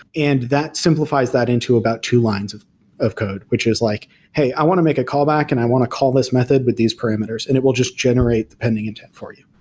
and that simplifies that into about two lines of of code, which is like, hey, i want to make a callback and i want to call this method with these parameters, and it will just generate the pending intent for you.